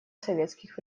советских